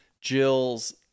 Jill's